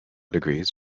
degrees